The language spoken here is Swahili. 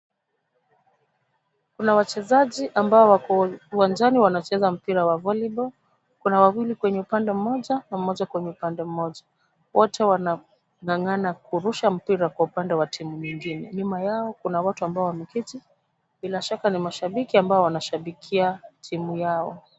Kuna wachezaji ambao wako uwanjani wanacheza mpira wa volleyball . Kuna wawili kwenye upande mmoja na mmoja kwenye upande mmoja. Wote wanang'ana kurusha mpira kwa upande wa timu nyingine. Nyuma yao, kuna watu ambao wameketi bila shaka ni mashabiki ambao wanashabikia timu yao.